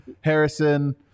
Harrison